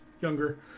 younger